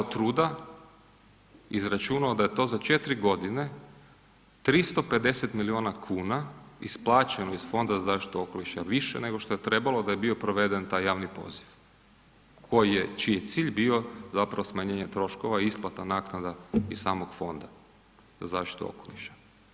Ja sam si dao truda i izračunao da je to za četiri godine 350 milijuna kuna isplaćeno iz Fonda za zaštitu okoliša više nego što je trebalo da je bio proveden taj javni poziv čiji je cilj bio smanjenje troškova i isplata naknada iz samog Fonda za zaštitu okoliša.